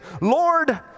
Lord